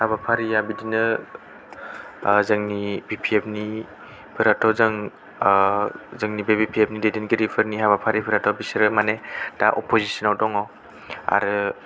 हाबाफारिआ बिदिनो जोंनि B P F निफोराथ' जोंनि बे बि पि एफ नि दैदेनगिरिफोरनि हाबाफारिफोराथ' बिसोरो माने दा अप'जिसोन आव दङ आरो